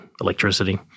electricity